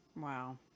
Wow